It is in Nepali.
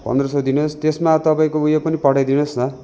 पन्ध्र सौ दिनुहोस् त्यसमा तपाईँको उयो पनि पठाइदिनुहोस् न